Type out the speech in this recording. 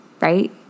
right